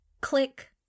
click